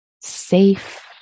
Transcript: safe